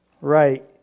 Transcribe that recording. right